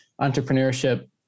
entrepreneurship